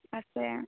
আছে